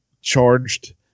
charged